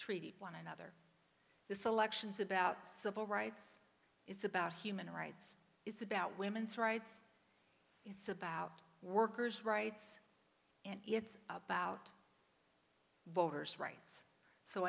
treat one another this election's about civil rights it's about human rights it's about women's rights it's about workers rights and it's about voters r